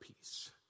peace